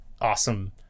awesome